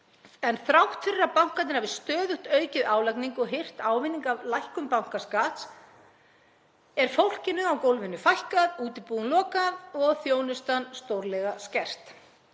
En þrátt fyrir að bankarnir hafi stöðugt aukið álagningu og hirt ávinning af lækkun bankaskatts er fólkinu á gólfinu fækkað, útibúum lokað og þjónustan stórlega skert.